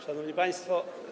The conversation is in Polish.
Szanowni Państwo!